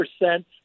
percent